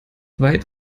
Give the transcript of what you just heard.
weit